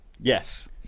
Yes